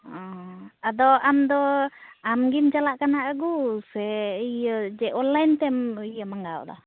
ᱚᱻ ᱟᱫᱚ ᱟᱢ ᱫᱚ ᱟᱢᱜᱮᱢ ᱪᱟᱞᱟᱜ ᱠᱟᱱᱟ ᱟᱹᱜᱩ ᱥᱮ ᱤᱭᱟᱹ ᱪᱮᱫ ᱚᱱᱞᱟᱭᱤᱱᱛᱮᱢ ᱢᱟᱜᱟᱣ ᱼᱮᱫᱟ